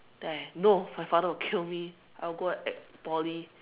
then I no my father will kill me I will go Poly